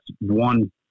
one